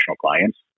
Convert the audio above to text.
clients